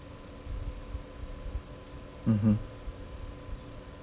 mmhmm